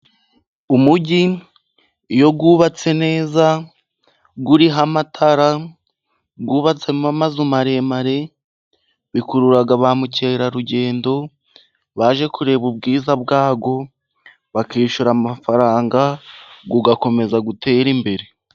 Umujyi iyo wubatse neza. Urimo amatara, wubatsemo amazu maremare. Bikurura bamukerarugendo baje kureba ubwiza bwawo. Bakishyura amafaranga ugakomeza gutera imbere.